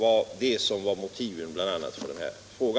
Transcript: a. detta var motivet för min fråga.